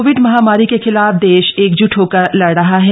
Covid महामारी के खिलाफ देश एकज्ट होकर लड़ रहा है